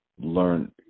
learn